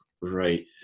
right